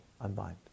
unbind